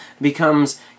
becomes